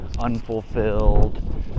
unfulfilled